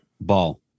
ball